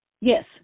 Yes